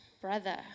brother